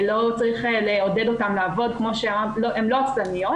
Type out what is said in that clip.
לא צריך לעודד אותן לעבוד, הן לא עצלניות,